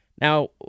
Now